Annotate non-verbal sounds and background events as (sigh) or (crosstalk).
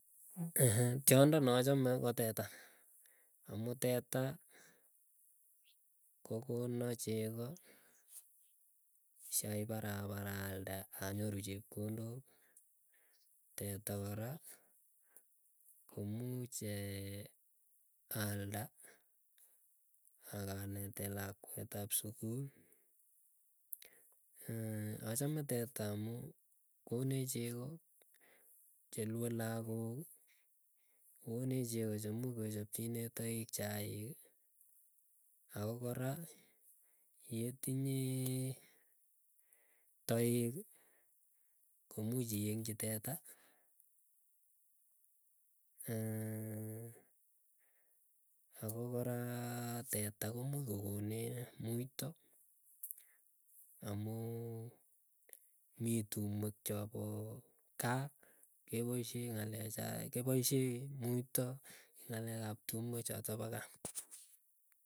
Ekhe tiondok nachame koo teta. Amuu teta kokono chogoo, shaip parapara alde anyoru chepkondek. Teta kora komuuch (hesitation) alda akanete lakwet lakwet ap sukul. (hesitation) achame teta amuu konech chego chelue lagooki, kokonech chego chemuch kechopchine toek chaik. Ako kora yetinye taek, komuuch iengchi teta, (hesitation) ako kora teta komuuch kokonech, amuu mii tumwek chopo kaa kepaisyek ng'alecha kepoisyee muito ing ng'alek ap tumwe choto gaa.